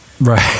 Right